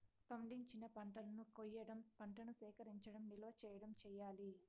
పండించిన పంటలను కొయ్యడం, పంటను సేకరించడం, నిల్వ చేయడం చెయ్యాలి